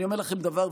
אני אומר לכם דבר,